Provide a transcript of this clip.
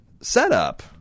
setup